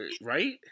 right